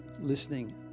listening